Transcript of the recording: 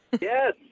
yes